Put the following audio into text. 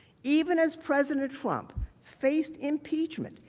even as president trump faced impeachment,